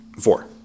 four